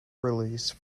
release